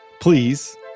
Please